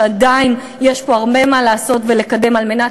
ועדיין יש פה הרבה מה לעשות ולקדם על מנת